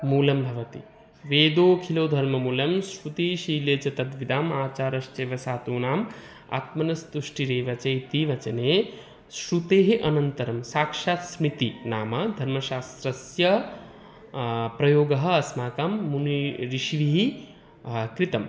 मूलं भवति वेदोऽखिलो धर्ममूलं स्मृतिशीले च तद्विदाम् आचारश्चैव साधूनाम् आत्मनस्तुष्टिरेव चेति वचने श्रुतेः अनन्तरं साक्षात् स्मृतिः नाम धर्मशास्त्रस्य प्रयोगः अस्माकम् मुनिः ऋषिः कृतम्